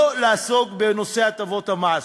לא לעסוק בנושא הטבות המס.